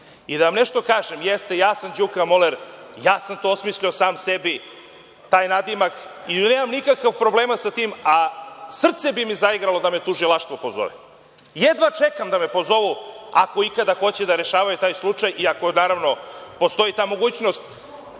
Da vam nešto kažem, jeste, ja sam Đuka moler, ja sam to osmislio sam sebi taj nadimak i nemam nikakav problem sa tim, a srce bi mi zaigralo da me tužilaštvo pozove. Jedva čekam da me pozovu, ako ikada hoće da rešavaju taj slučaj i ako, naravno, postoji ta mogućnost,